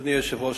אדוני היושב-ראש,